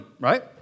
right